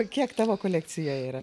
kiek tavo kolekcijoje yra